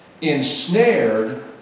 ensnared